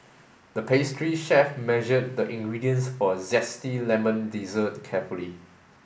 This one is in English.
the pastry chef measured the ingredients for a zesty lemon dessert carefully